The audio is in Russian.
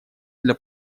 для